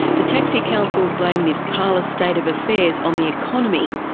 the taxi councils blame this parlous state of affairs on the economy,